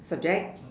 subject